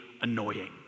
annoying